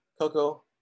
Coco